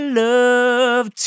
love